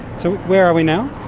so where are we now?